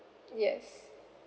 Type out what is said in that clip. yes